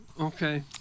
okay